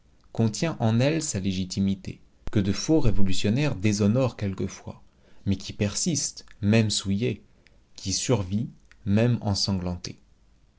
contient en elle sa légitimité que de faux révolutionnaires déshonorent quelquefois mais qui persiste même souillée qui survit même